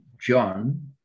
John